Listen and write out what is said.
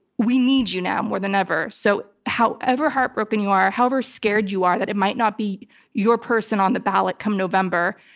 we need you now more than ever. so however heartbroken you are, however scared you are, it might not be your person on the ballot come november,